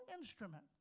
instrument